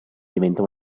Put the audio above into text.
diventa